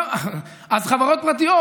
אז חברות פרטיות,